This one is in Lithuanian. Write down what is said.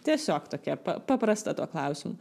tiesiog tokia paprasta tuo klausimu